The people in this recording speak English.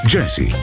Jesse